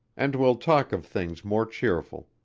and we'll talk of things more cheerful.